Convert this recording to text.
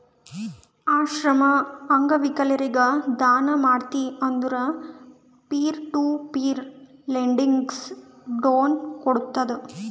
ಆಶ್ರಮ, ಅಂಗವಿಕಲರಿಗ ದಾನ ಮಾಡ್ತಿ ಅಂದುರ್ peer to peer lending loan ಕೋಡ್ತುದ್